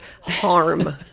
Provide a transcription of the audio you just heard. harm